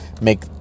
make